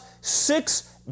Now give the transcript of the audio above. six